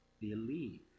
believe